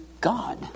God